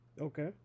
Okay